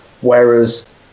whereas